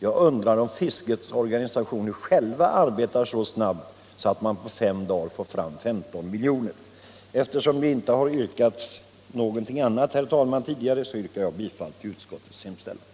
Jag undrar om fiskets organisationer själva arbetar så snabbt att man där på bara fem dagar kan få fram 15 milj.kr. Eftersom det inte har yrkats någonting annat tidigare, herr talman, yrkar jag nu bifall till utskottets hemställan.